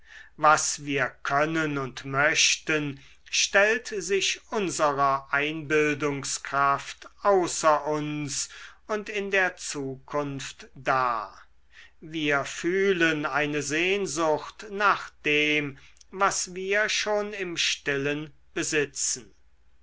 was wir können und möchten stellt sich unserer einbildungskraft außer uns und in der zukunft dar wir fühlen eine sehnsucht nach dem was wir schon im stillen besitzen